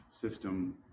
system